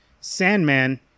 Sandman